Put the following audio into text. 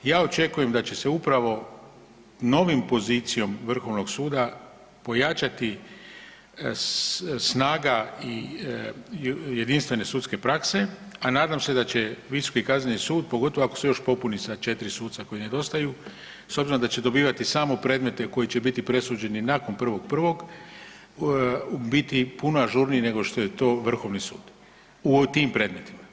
Ja očekujem da će se upravo novom pozicijom Vrhovnog suda pojačati snaga jedinstvene sudske prakse, a nadam se da će Visoki kazneni sud pogotovo ako se još popuni sa 4 suca koji nedostaju s obzirom da će dobivati samo predmete koji će biti presuđeni nakon 1.1. biti puno ažurniji, nego što je to Vrhovni sud u tim predmetima.